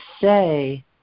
say